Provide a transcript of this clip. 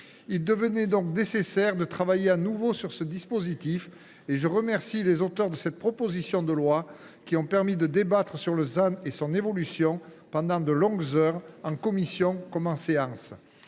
Il devenait donc nécessaire de retravailler ce dispositif et je remercie les auteurs de la présente proposition de loi : ils nous ont permis de débattre du ZAN et de son évolution pendant de longues heures, en commission comme en séance